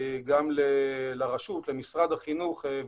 גם למשרד החינוך.